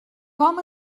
com